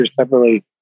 separately